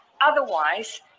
Otherwise